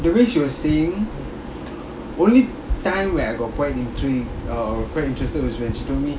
the way she was saying only time where I got quite intrigued uh quite interested was when she told me